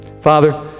Father